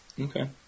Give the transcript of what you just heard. Okay